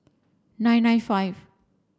nine nine five